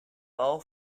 bau